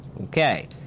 Okay